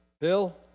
Bill